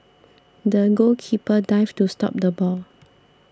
the goalkeeper dived to stop the ball